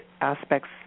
aspects